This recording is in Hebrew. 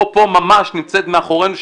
פה ממש נמצאת מאחורינו,